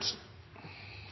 av.